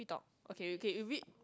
okay okay we read